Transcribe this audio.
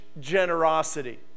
generosity